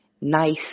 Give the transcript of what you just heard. nice